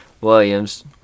Williams